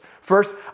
First